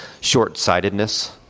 short-sightedness